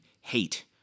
hate